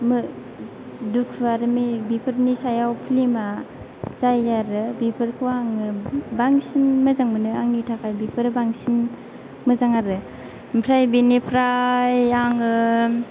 मो दुखु आरो मि बेफोरनि सायाव फ्लिमा जायो आरो बेफोरखौ आङो बांसिन मोजां मोनो आंनि थाखाय बेफोरो बांसिन मोजां आरो ओमफ्राय बेनिफ्राय आङो